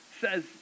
says